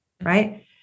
right